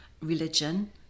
religion